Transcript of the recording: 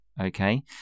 Okay